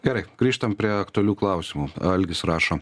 gerai grįžtam prie aktualių klausimų algis rašo